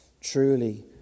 Truly